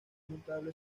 notable